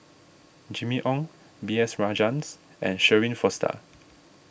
Jimmy Ong B S Rajhans and Shirin Fozdar